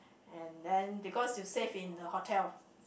and then because you safe in the hotel